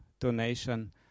donation